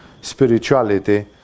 spirituality